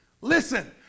Listen